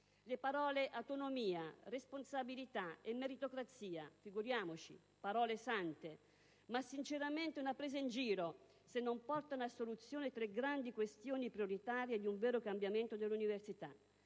le parole «autonomia», «responsabilità» e «meritocrazia». Figuriamoci: parole sante, ma sinceramente una presa in giro, se non si portano a soluzione tre grandi questioni prioritarie per un vero cambiamento dell'università: